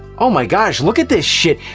oh, my gosh, look at this shit.